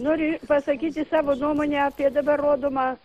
noriu pasakyti savo nuomonę ir dabar rodomą